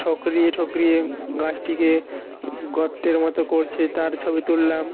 ঠোকরিয়ে ঠোকরিয়ে গাছটিকে গর্তের মতো করছে তার ছবি তুললাম